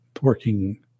working